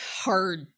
hard